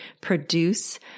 produce